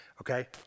Okay